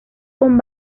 con